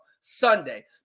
sunday